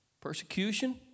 persecution